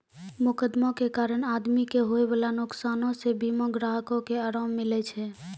मोकदमा के कारण आदमी के होयबाला नुकसानो से बीमा ग्राहको के अराम मिलै छै